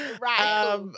Right